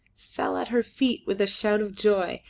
fell at her feet with a shout of joy,